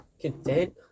content